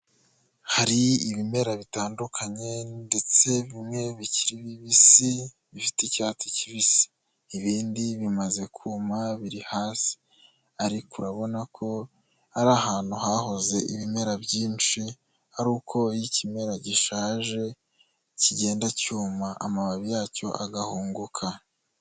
Hari ibimera bitandukanye ndetse bimwe bikiri bibisi, bifite icyatsi kibisi, ibindi bimaze kuma biri hasi, ariko urabona ko ari ahantu hahoze ibimera byinshi, ari uko iyo ikimera gishaje kigenda cyuma amababi yacyo agahunguka.